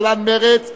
להלן קבוצת סיעת מרצ,